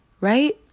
right